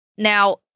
Now